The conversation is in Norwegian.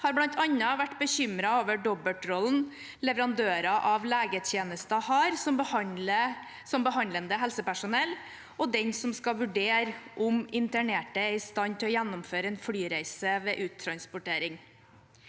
har bl.a. vært bekymret over dobbeltrollen leverandøren av legetjenester har som behandlende helsepersonell og den som skal vurdere om internerte er i stand til å gjennomføre en flyreise ved uttransportering.